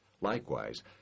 Likewise